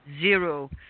zero